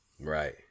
Right